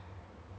oh